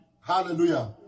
Hallelujah